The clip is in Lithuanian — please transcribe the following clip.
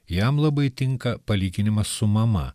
jam labai tinka palyginimas su mama